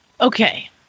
Okay